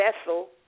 vessel